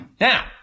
Now –